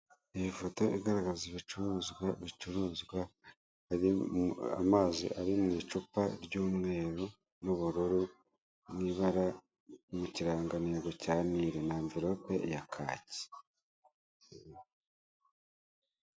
Iyi foto igaragaza ibicuruzwa bicuruzwa harimo amazi ari mu icupa ry'umweru n'ubururu n'ibara ry'ikirangantego cya nili na envelope ya kaki.